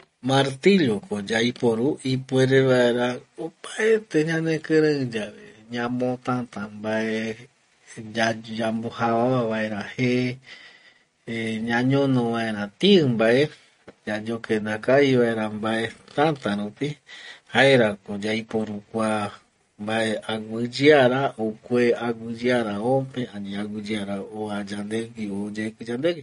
Martilloko yaiporu ipuere vaera opaete ñanekirei yave ñamotäta mbae yambojavava vaera je eh ñañono vaera tii mbae yayokenda kavi vaera mbae täta rupi, jaerako yaiporu kua mbae aguiyeara okue, aguiyeara ope, ani aguiyeara oa yandegui o oyeki yandegui